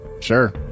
sure